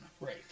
Right